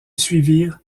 suivirent